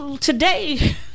Today